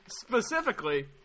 Specifically